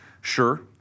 sure